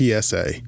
PSA